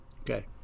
Okay